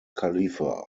khalifa